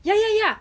ya ya ya